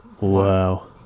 wow